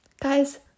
guys